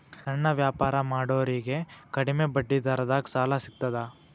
ಸಣ್ಣ ವ್ಯಾಪಾರ ಮಾಡೋರಿಗೆ ಕಡಿಮಿ ಬಡ್ಡಿ ದರದಾಗ್ ಸಾಲಾ ಸಿಗ್ತದಾ?